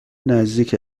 نزدیک